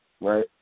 right